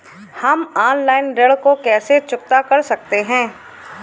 हम ऑनलाइन ऋण को कैसे चुकता कर सकते हैं?